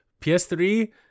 PS3